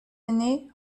aîné